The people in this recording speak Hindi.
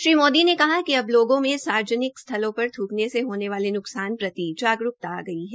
श्री मोदी ने कहा कि अब लोगों में सार्वजनिक स्थलों पर थूकने से होने वाले न्कसान के प्रित जागरूकता आ गई है